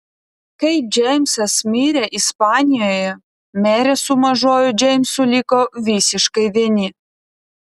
kai džeimsas mirė ispanijoje merė su mažuoju džeimsu liko visiškai vieni